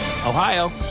Ohio